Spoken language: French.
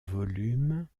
volume